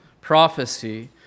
prophecy